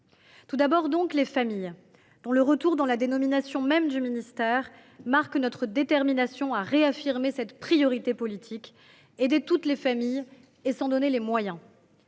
Le retour des familles dans la dénomination même du ministère marque notre détermination à réaffirmer cette priorité politique : aider toutes les familles et nous en donner les moyens.